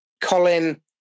Colin